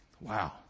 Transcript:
Wow